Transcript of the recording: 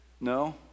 no